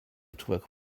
człek